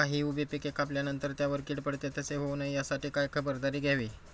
काही उभी पिके कापल्यावर त्यावर कीड पडते, तसे होऊ नये यासाठी काय खबरदारी घ्यावी?